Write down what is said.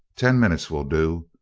ten minutes will do.